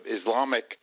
Islamic